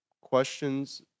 questions